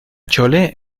chole